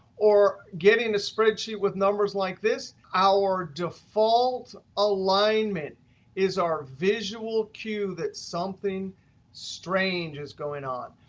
or getting a spreadsheet with numbers like this, our default alignment is our visual cue that something strange is going on.